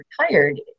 retired